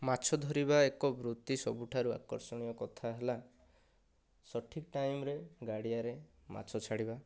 ମାଛ ଧରିବା ଏକ ବୃତ୍ତି ସବୁଠାରୁ ଆକର୍ଷଣୀୟ କଥା ହେଲା ସଠିକ ଟାଇମ ରେ ଗାଡ଼ିଆରେ ମାଛ ଛାଡ଼ିବା